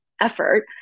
effort